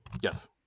yes